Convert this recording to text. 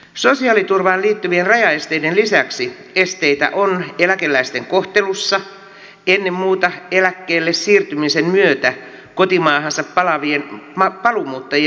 sosiaaliturvaan liittyvien rajaesteiden lisäksi esteitä on eläkeläisten kohtelussa ennen muuta eläkkeelle siirtymisen myötä kotimaahansa palaavien paluumuuttajien verotuksessa